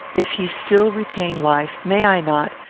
if he still retain life, may i not,